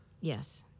Yes